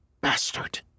Bastard